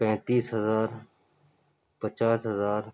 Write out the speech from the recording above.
پینتیس ہزار پچاس ہزار